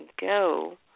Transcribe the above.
go